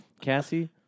Cassie